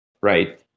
right